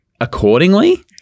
accordingly